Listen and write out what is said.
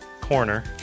corner